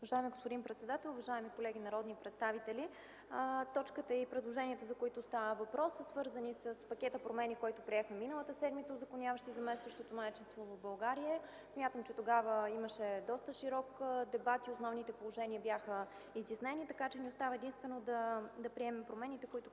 Уважаеми господин председател, уважаеми колеги народни представители! Точката и предложението, за които стана въпрос, са свързани с пакета промени, които приехме миналата седмица, узаконяващи заместващото майчинство в България. Тогава имаше доста широк дебат и основните положения бяха изяснени. Остава ни единствено да приемем промените, които